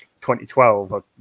2012